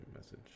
message